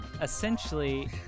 Essentially